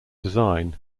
design